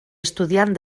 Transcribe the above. estudiant